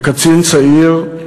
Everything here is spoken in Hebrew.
כקצין צעיר,